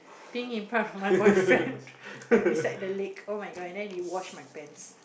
peeing in front of my boyfriend and beside the lake oh-my-god and then he wash my pants